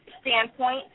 standpoint